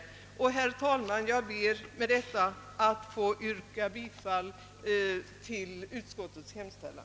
Jag ber, herr talman, att få yrka bifall till utskottets hemställan.